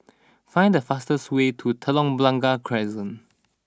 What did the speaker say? find the fastest way to Telok Blangah Crescent